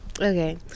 okay